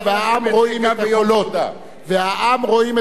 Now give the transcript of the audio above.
והעם רואים את הקולות ואת ספירת הקולות.